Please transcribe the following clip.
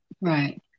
Right